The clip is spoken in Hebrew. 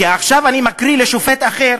כי עכשיו אני מקריא שופט אחר,